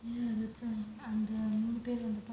ya that's why அந்த மூணு பேரு வந்து:antha moonu peru vanthu